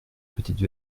petite